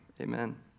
Amen